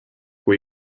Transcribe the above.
kui